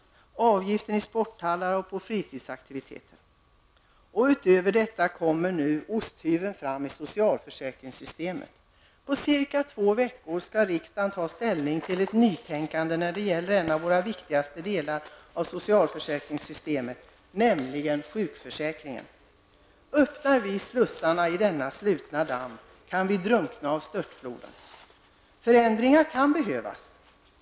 Vidare blir det fråga om avgifter i sporthallar och beträffande fritidsaktiviteter. Utöver detta kommer nu osthyveln fram i socialförsäkringssystemet. Ca två veckor har riksdagen på sig att ta ställning till ett nytänkande när det gäller en av de viktigaste delarna av vårt socialförsäkringssystem, nämligen sjukförsäkringen. Men om vi öppnar slussarna i denna slutna damm, kan vi drunkna av störtfloden. Förändringar kan behövas.